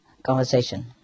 Conversation